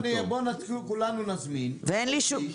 הבנתי.